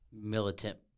militant